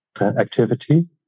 activity